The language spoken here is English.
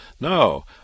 no